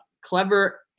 Clever